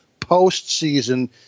postseason